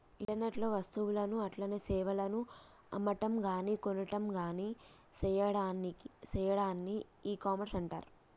internet లో వస్తువులను అట్లనే సేవలను అమ్మటంగాని కొనటంగాని సెయ్యాడాన్ని ఇకామర్స్ అంటర్